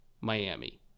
Miami